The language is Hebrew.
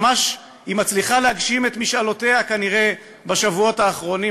ממש היא מצליחה להגשים את משאלותיה כנראה בשבועות האחרונים,